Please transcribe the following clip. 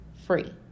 free